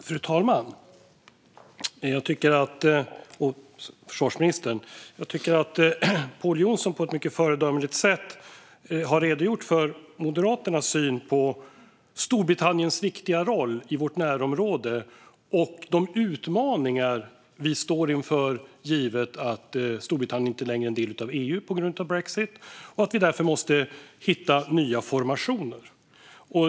Fru talman och försvarsministern! Jag tycker att Pål Jonson på ett föredömligt sätt har redogjort för Moderaternas syn på Storbritanniens viktiga roll i vårt närområde, liksom för de utmaningar vi står inför givet att Storbritannien på grund av brexit inte längre är en del av EU och att vi därför måste hitta nya formationer.